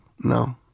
no